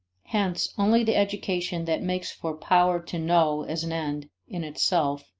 hence only the education that makes for power to know as an end in itself,